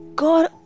God